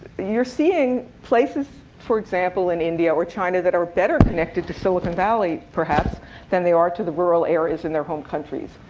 you're seeing places, for example, in india or china that are better connected to silicon valley perhaps than they are to the rural areas in their home countries.